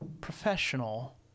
professional